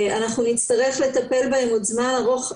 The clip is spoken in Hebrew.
אנחנו נצטרך לטפל בהם עוד זמן ארוך,